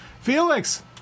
Felix